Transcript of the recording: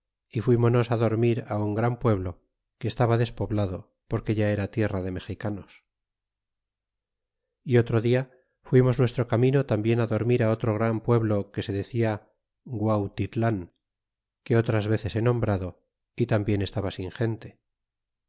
y fuímonos dormir á un gran pueblo que estaba despoblado porque ya era tierra de mexicanos y otro día fuimos nuestro camino tambien á dormir á otro gran pueblo que se de cla guautitlan que otras veces he nombrado y taniblen estaba sin gente